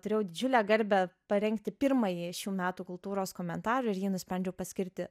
turėjau didžiulę garbę parengti pirmąjį šių metų kultūros komentarą ir jį nusprendžiau paskirti